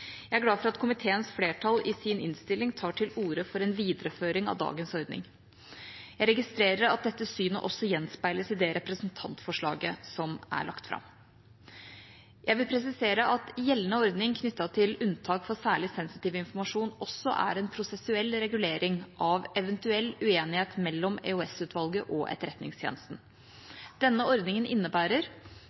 Jeg er glad for at komiteens flertall i sin innstilling tar til orde for en videreføring av dagens ordning. Jeg registrerer at dette synet også gjenspeiles i det representantforslaget som er lagt fram. Jeg vil presisere at gjeldende ordning knyttet til unntak for særlig sensitiv informasjon også er en prosessuell regulering av en eventuell uenighet mellom EOS-utvalget og Etterretningstjenesten. Denne ordningen innebærer